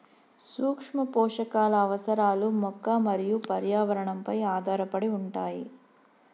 సూక్ష్మపోషకాల అవసరాలు మొక్క మరియు పర్యావరణంపై ఆధారపడి ఉంటాయి